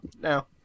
no